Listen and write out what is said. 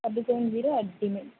double seven zero at gmail